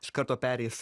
iš karto pereis